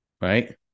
right